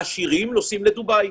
העשירים נוסעים לדובאי,